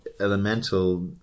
elemental